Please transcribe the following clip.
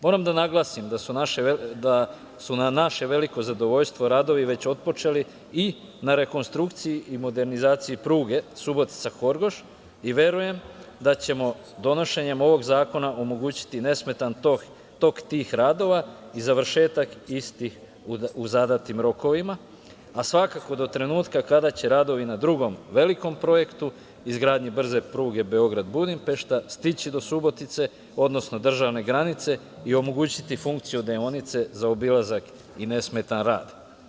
Moram da naglasim da su na naše veliko zadovoljstvo radovi već otpočeli i na rekonstrukciji i modernizaciji pruge Subotica – Horgoš i verujem da ćemo, donošenjem ovog zakona, omogućiti nesmetan tok tih radova i završetak istih u zadatim rokovima, a svakako do trenutka kada će radovi na drugom velikom projektu, izgradnji brze pruge Beograd – Budimpešta, stići do Subotice, odnosno državne granice i omogućiti funkciju deonice za obilazak i nesmetan rad.